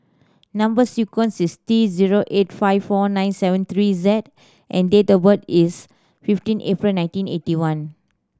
number sequence is T zero eight five four nine seven three Z and date of birth is fifteen April nineteen eighty one